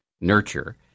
nurture